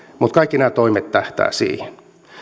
mutta kaikki nämä toimet tähtäävät siihen